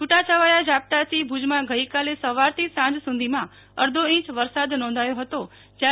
છુટો છવાયા ઝાપટાથી ભુજમાં ગઈકાલે સવારથી સાંજ સુધીમાં અડધો ઈંચ વરસાદ નોંધાયો હતો જ્યારે